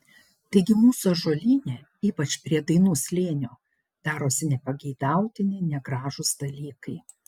taigi mūsų ąžuolyne ypač prie dainų slėnio darosi nepageidautini negražūs dalykai